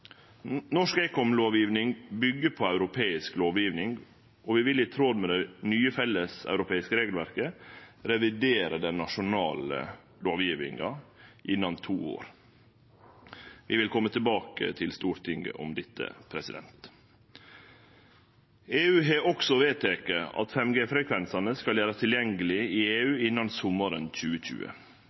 Norsk ekomlovgjeving byggjer på europeisk lovgjeving, og vi vil i tråd med det nye felleseuropeiske regelverket revidere den nasjonale lovgjevinga innan to år. Vi vil kome tilbake til Stortinget om dette. EU har også vedteke at 5G-frekvensane skal gjerast tilgjengelege i EU innan sommaren 2020.